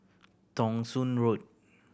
Thong Soon Road